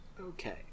Okay